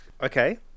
Okay